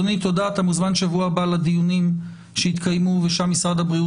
אתה מוזמן שבוע הבא לדיונים שיתקיימו ושם משרד הבריאות